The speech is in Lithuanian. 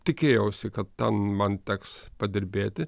tikėjausi kad ten man teks padirbėti